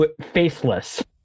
faceless